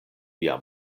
via